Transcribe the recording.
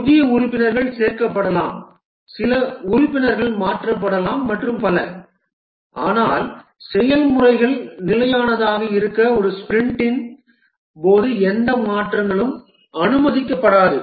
புதிய உறுப்பினர்கள் சேர்க்கப்படலாம் சில உறுப்பினர்கள் மாற்றப்படலாம் மற்றும் பல ஆனால் செயல்முறை நிலையானதாக இருக்க ஒரு ஸ்பிரிண்டின் போது எந்த மாற்றங்களும் அனுமதிக்கப்படாது